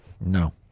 no